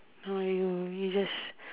uh you just